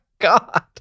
God